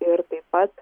ir taip pat